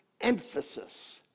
emphasis